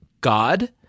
God